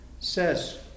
says